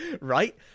Right